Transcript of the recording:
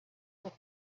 with